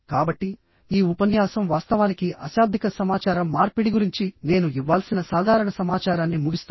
కాబట్టిఈ ఉపన్యాసం వాస్తవానికి అశాబ్దిక సమాచార మార్పిడి గురించి నేను ఇవ్వాల్సిన సాధారణ సమాచారాన్ని ముగిస్తోంది